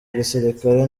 gisirikare